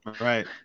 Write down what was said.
Right